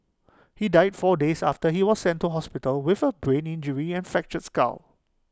he died four days after he was sent to hospital with A brain injury and fractured skull